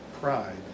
pride